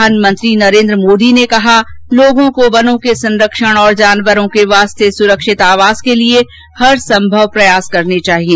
प्रधानमंत्री नरेन्द्र मोदी ने कहा लोगों को बनों के संरक्षण और जानवरों के लिए सुरक्षित आवास के लिए हर संभव प्रयास करने चाहिए